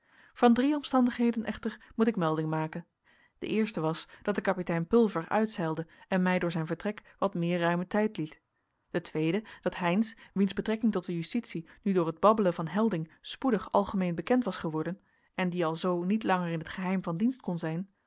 van drie omstandigheden echter moet ik melding maken de eerste was dat de kapitein pulver uitzeilde en mij door zijn vertrek wat meer ruimen tijd liet de tweede dat heynsz wiens betrekking tot de justitie nu door het babbelen van helding spoedig algemeen bekend was geworden en die alzoo niet langer in t geheim van dienst kon zijn